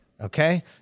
Okay